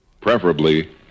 preferably